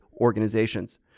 organizations